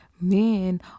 men